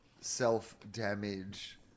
self-damage